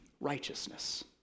righteousness